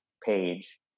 page